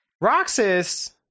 Roxas